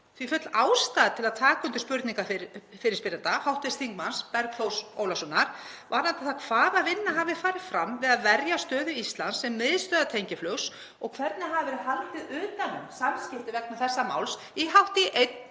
því full ástæða til að taka undir spurningu fyrirspyrjanda, hv. þm. Bergþórs Ólasonar, varðandi það hvaða vinna hafi farið fram við að verja stöðu Íslands sem miðstöðvar tengiflugs og hvernig hafi verið haldið utan um samskipti vegna þessa máls í hátt í